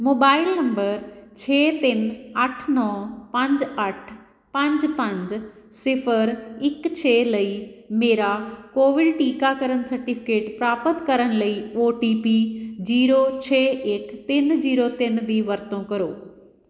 mobile number ਛੇ ਤਿੰਨ ਅੱਠ ਨੌ ਪੰਜ ਅੱਠ ਪੰਜ ਪੰਜ ਸਿਫਰ ਇੱਕ ਛੇ ਲਈ ਮੇਰਾ ਕੋਵਿਡ ਟੀਕਾਕਰਨ ਸਰਟੀਫਿਕੇਟ ਪ੍ਰਾਪਤ ਕਰਨ ਲਈ ਓ ਟੀ ਪੀ ਜ਼ੀਰੋ ਛੇ ਇੱਕ ਤਿੰਨ ਜ਼ੀਰੋ ਤਿੰਨ ਦੀ ਵਰਤੋਂ ਕਰੋ